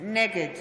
נגד